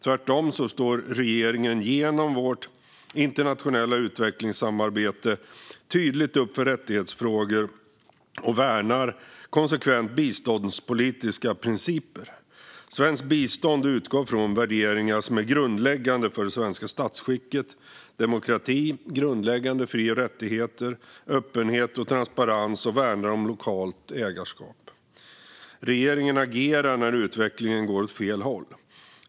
Tvärtom står regeringen genom vårt internationella utvecklingssamarbete tydligt upp för rättighetsfrågor och värnar konsekvent biståndspolitiska principer. Svenskt bistånd utgår från värderingar som är grundläggande för det svenska statsskicket - demokrati, grundläggande fri och rättigheter, öppenhet och transparens - och värnar om lokalt ägarskap. Regeringen agerar när utvecklingen går åt fel håll.